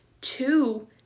two